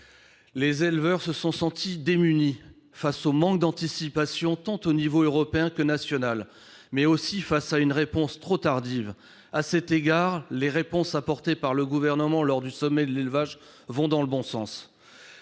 Les éleveurs se sentent démunis face au manque d’anticipation au niveau tant européen que national, et face à une réponse trop tardive. À cet égard, les réponses apportées par le Gouvernement lors du sommet de l’élevage vont dans le bon sens.